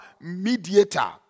mediator